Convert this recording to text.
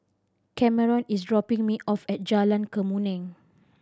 Kameron is dropping me off at Jalan Kemuning